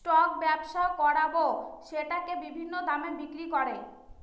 stock ব্যবসা করাবো সেটাকে বিভিন্ন দামে বিক্রি করে